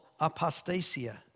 apostasia